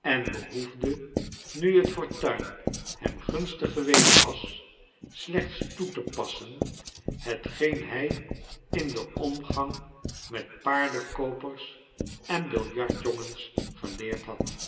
en behoefde nu het fortuin hem gunstig geweest was slechts toe te passen hetgeen hij in den omgang met paardenkoopers en biljartjongens geleerd had